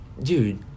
Dude